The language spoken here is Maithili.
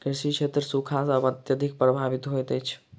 कृषि क्षेत्र सूखा सॅ अत्यधिक प्रभावित होइत अछि